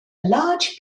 large